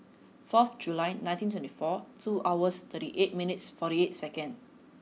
fourth July nineteen twenty four two hours thirty eight minutes forty eight second